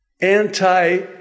anti